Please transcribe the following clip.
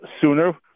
sooner